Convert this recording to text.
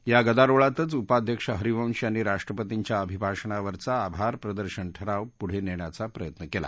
या गदारोळातच उपाध्यक्ष हरिवंश यांनी राष्ट्रपतींच्या अभिभाषणावरचा आभार प्रदर्शन ठराव पुढे नेण्याचा प्रयत्न केला